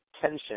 tension